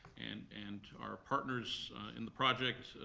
and and our partners in the project,